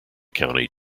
county